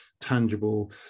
tangible